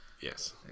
yes